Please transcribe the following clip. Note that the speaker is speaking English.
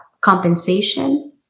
compensation